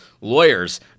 lawyers